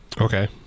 Okay